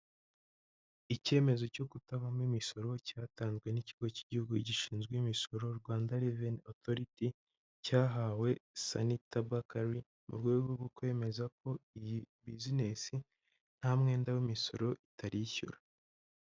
Icyemezo cyo kutavamo imisoro cyatanzwe n'ikigo cy'igihugu gishinzwe imisoro Rwanda Revenue Authority cyahawe sanita bakeri mu rwego rwo kwemeza ko iyi business nta mwenda w'imisoro itarishyura.